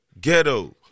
ghetto